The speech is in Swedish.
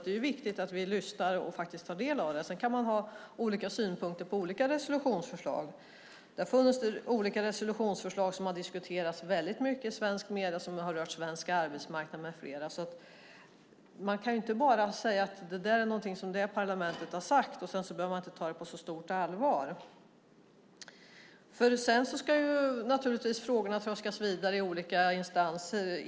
Det är viktigt att vi lyssnar och tar del av det. Sedan kan man ha olika synpunkter på olika resolutionsförslag. Det har funnits resolutionsförslag som har diskuterats väldigt mycket i svenska medier som har rört svensk arbetsmarknad bland annat. Man kan inte bara säga att det är något som det parlamentet har sagt, och sedan behöver man inte ta det på så stort allvar. Frågorna ska naturligtvis tröskas vidare i olika instanser.